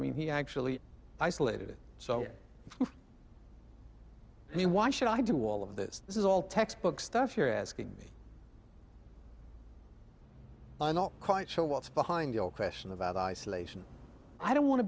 mean he actually isolated it so i mean why should i do all of this this is all textbook stuff you're asking me and not quite sure what's behind your question about isolation i don't want to